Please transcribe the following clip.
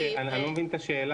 אני לא מבין את השאלה.